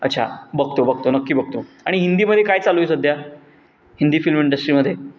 अच्छा बघतो बघतो नक्की बघतो आणि हिंदीमध्ये काय चालू आहे सध्या हिंदी फिल्म इंडस्ट्रीमध्ये